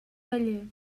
taller